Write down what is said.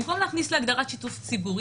במקום להכניס להגדרת שיתוף ציבור,